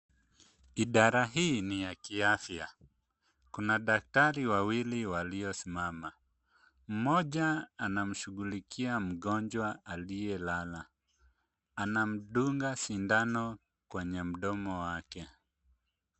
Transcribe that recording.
Idara hii ni ya kiafya. Kuna daktari wawili waliosimama. Mmoja anamshughulikia mgonjwa aliyelala. Anamdunga sindano kwenye mdomo wake.